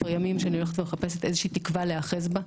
כבר ימים שאני מחפשת איזה שהיא תקווה להיאחז בה,